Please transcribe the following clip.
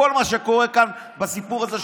כל מה שקורה כאן בסיפור הזה,